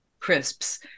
crisps